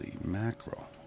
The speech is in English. mackerel